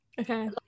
okay